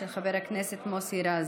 של חבר הכנסת מוסי רז.